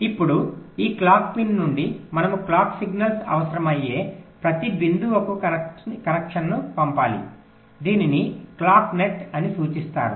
ఇప్పుడు ఈ clock pin నుండి మనము క్లాక్ సిగ్నల్ అవసరమయ్యే ప్రతి బిందువుకు కనెక్షన్లను పంపాలి దీనిని క్లాక్ నెట్ అని సూచిస్తారు